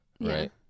right